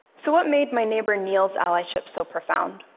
so what made my neighbor neal's allyship so profound?